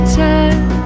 time